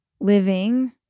living